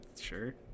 sure